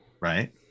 Right